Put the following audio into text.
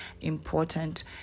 important